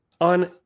on